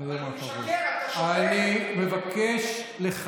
אבל הוא משקר ואתה שותק.